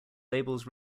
labels